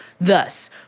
Thus